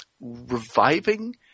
reviving